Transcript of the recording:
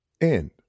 end